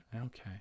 Okay